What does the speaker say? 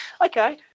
okay